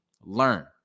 Learn